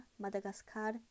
Madagascar